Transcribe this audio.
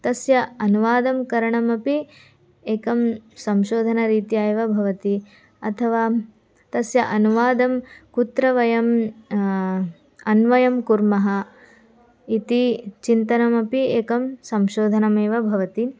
तस्य अनुवादं करणम् अपि एकं संशोधनरीत्या एव भवति अथवा तस्य अनुवादं कुत्र वयम् अन्वयं कुर्मः इति चिन्तनमपि एकं संशोधनमेव भवति